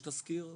יש תסקיר בתוקף?